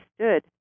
stood